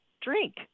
drink